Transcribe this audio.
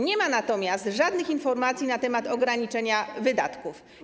Nie ma natomiast żadnych informacji na temat ograniczenia wydatków.